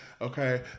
Okay